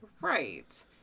Right